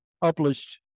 published